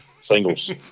Singles